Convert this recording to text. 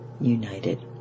united